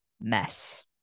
mess